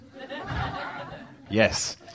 Yes